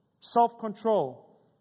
self-control